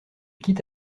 quitte